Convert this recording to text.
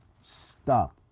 stop